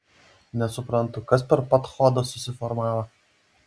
nesuprantu kas per padchodas susiformavo